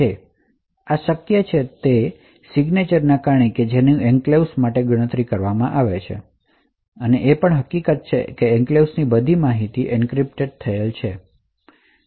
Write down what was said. તેથી આ શક્ય છે તે હસ્તાક્ષરના કારણે જેનું એન્ક્લેવ્સ માટે ગણતરી કરી શકાય છે અને એ પણ હકીકત એ છે કે એન્ક્લેવ્સ ની બધી માહિતી ખરેખર એન્ક્રિપ્ટ થયેલ છે